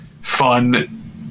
fun